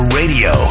radio